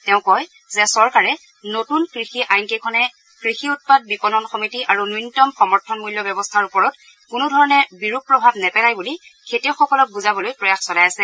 তেওঁ কয় যে চৰকাৰে নতুন কৃষি আইনকেইখনে কৃষি উৎপাদ বিপণন সমিতি আৰু ন্যূনতম সমৰ্থন মূল্য ব্যৱস্থাৰ ওপৰত কোনোধৰণৰ বিৰূপ প্ৰভাব নেপেলায় বুলি খেতিয়কসকলক বুজাবলৈ প্ৰয়াস চলাই আছে